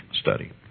study